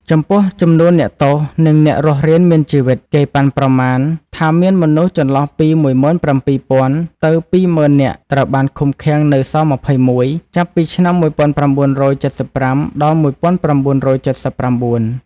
ចំពោះចំនួនអ្នកទោស និងអ្នករស់រានមានជីវិត គេបានប៉ាន់ប្រមាណថាមានមនុស្ស ចន្លោះពី ១៧,០០០ ទៅ ២០,០០០ នាក់ត្រូវបានឃុំឃាំងនៅ ស-២១ ចាប់ពីឆ្នាំ១៩៧៥ ដល់ ១៩៧៩។